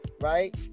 Right